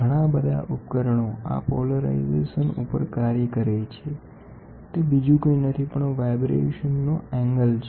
ઘણા બધા ઉપકરણો આ પોલેરાઇઝેસન ઉપર કાર્ય કરે છે તે બીજું કંઈ નથી પણ વાઈબ્રેશન નો એંગલ છે